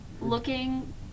looking